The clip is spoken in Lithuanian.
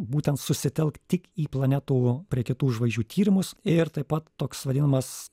būtent susitelkt tik į planetų prie kitų žvaigždžių tyrimus ir taip pat toks vadinamas